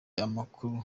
amakuru